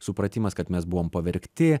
supratimas kad mes buvom pavergti